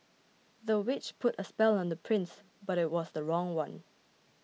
the witch put a spell on the prince but it was the wrong one